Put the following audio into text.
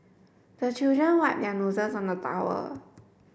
the children wipe their noses on the towel